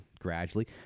gradually